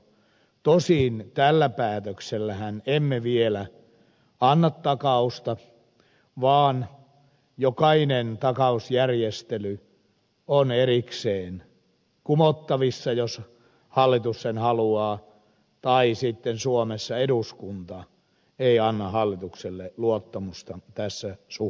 tosin tällä päätöksellähän emme vielä anna takausta vaan jokainen takausjärjestely on erikseen kumottavissa jos hallitus sen haluaa tai sitten suomessa eduskunta ei anna hallitukselle luottamusta tässä suhteessa